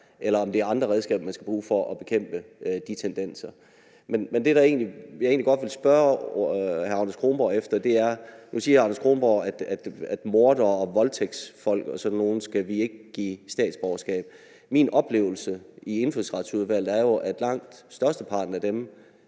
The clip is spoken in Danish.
eller om det er andre redskaber, man skal bruge for at bekæmpe de tendenser. Men det, jeg egentlig godt vil spørge hr. Anders Kronborg om, er, at hr. Anders Kronborg siger, at vi ikke skal give mordere og voldtægtsfolk og sådan nogle statsborgerskab. Min oplevelse i Indfødsretsudvalget er jo, at langt størsteparten af dem,